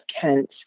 kent